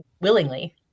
willingly